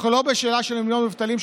אנחנו לא בשאלה של מיליון מובטלים,